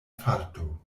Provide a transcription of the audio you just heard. farto